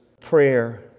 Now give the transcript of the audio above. prayer